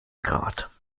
grat